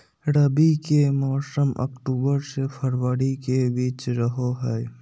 रबी के मौसम अक्टूबर से फरवरी के बीच रहो हइ